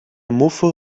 muffe